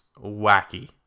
wacky